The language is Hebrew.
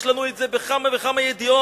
יש לנו את זה בכמה וכמה ידיעות,